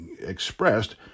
expressed